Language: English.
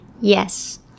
Yes